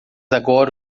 agora